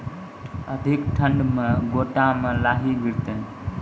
अधिक ठंड मे गोटा मे लाही गिरते?